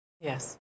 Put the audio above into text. Yes